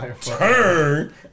turn